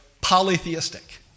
polytheistic